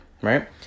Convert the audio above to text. right